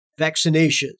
vaccinations